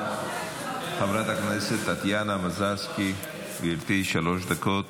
חברת הכנסת טטיאנה מזרסקי, גברתי, שלוש דקות.